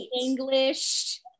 English